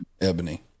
ebony